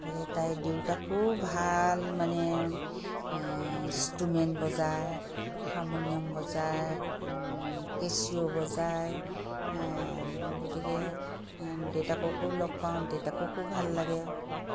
গতিকে তাইৰ দেউতাকো ভাল মানে ইন্সট্ৰুমেণ্ট বজায় হাৰমনিয়াম বজায় কেচিঅ' বজায় গতিকে দেউতাককো লগ পাওঁ দেউতাককো ভাল লাগে